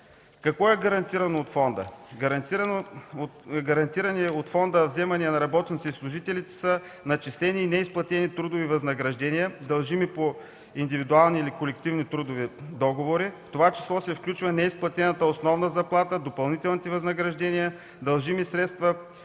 Какво е гарантирано от фонда? Гарантирани от фонда вземания на работници и служители са начислени и неизплатени трудови възнаграждения, дължими по индивидуални или колективни трудови договори. В това число се включват неизплатената основна заплата, допълнителните възнаграждения, дължими средства